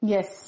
Yes